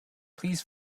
please